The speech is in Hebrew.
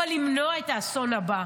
אבל למנוע את האסון הבא.